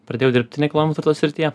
pradėjau dirbti nekilnojamo turto srityje